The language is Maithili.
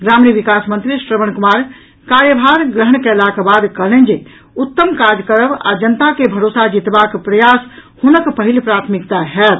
ग्रामीण विकास मंत्री श्रवण कुमार कार्यभार ग्रहण कयलाक बाद कहलनि जे उत्तम काज करब आ जनता के भरोसा जीतबाक प्रयास हुनक पहिल प्राथमिकता होयत